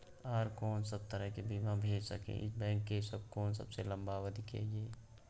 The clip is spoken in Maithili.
आर कोन सब तरह के बीमा भ सके इ बैंक स आ कोन सबसे लंबा अवधि के ये?